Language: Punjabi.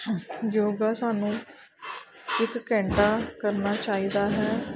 ਯੋਗਾ ਸਾਨੂੰ ਇੱਕ ਘੰਟਾ ਕਰਨਾ ਚਾਹੀਦਾ ਹੈ